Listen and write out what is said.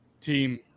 team